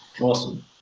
Awesome